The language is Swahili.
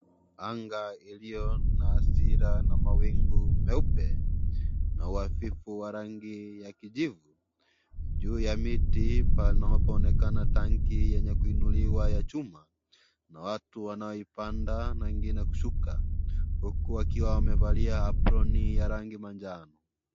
Anga iliyo na hasira na mawingu meupe, na u hafifu wa rangi ya kijivu, juu ya miti panapo onekana tanki ya kuinuliwa ya chuma. Kuna watu wanaipanda na wengine kushuka, huku wakiwa wamevalia aproni ya rangi ya manjano.